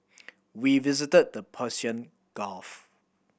we visited the Persian Gulf